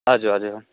हजुर हजुर